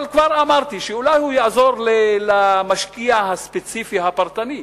אבל כבר אמרתי שאולי הוא יעזור למשקיע הספציפי הפרטני,